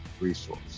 resource